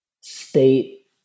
state